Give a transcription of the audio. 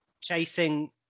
chasing